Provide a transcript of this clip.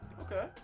okay